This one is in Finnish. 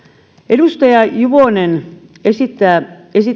edustaja juvonen esitti jo lakialoitteessaan